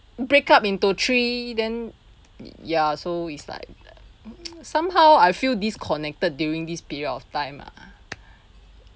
break up into three then ya so it's like somehow I feel disconnected during this period of time ah